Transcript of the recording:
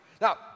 Now